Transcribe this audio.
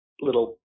little